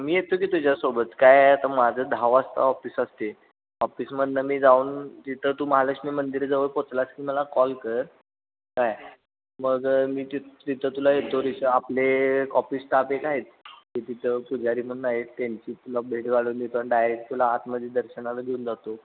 मी येतो की तुझ्यासोबत काय आहे आता माझं दहा वाजता ऑफिस असते ऑफिसमधून मी जाऊन तिथं तू महालक्ष्मी मंदिराजवळ पोहोचलास की मला कॉल कर काय मग मी ति तिथं तुला येतो तिथं आपले ऑफिस स्टाप एक आहेत ते तिथं पुजारी म्हणून आहेत त्यांची तुला भेट घालून देतो आणि डायरेक तुला आतमध्ये दर्शनाला घेऊन जातो